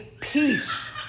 peace